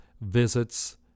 visits